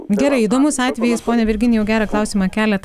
gerai įdomus atvejis pone virginijau gerą klausimą keliate